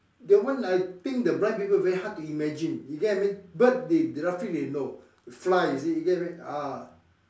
that one I think the blind people very hard to imagine you get what I mean bird they they roughly they know fly you see you get what I mean ah